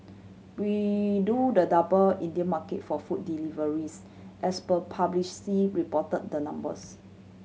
we do the double Indian market for food deliveries as per publicly reported the numbers